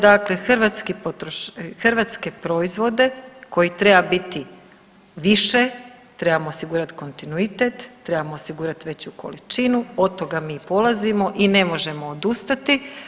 Dakle, hrvatske proizvode kojih treba biti više, trebamo osigurati kontinuitet, trebamo osigurati veću količinu, od toga mi polazimo i ne možemo odustati.